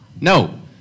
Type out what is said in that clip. No